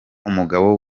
umugabo